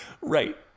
right